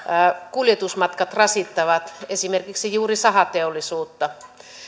kuljetusmatkat rasittavat esimerkiksi juuri sahateollisuutta